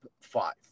five